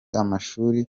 amashuri